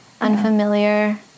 unfamiliar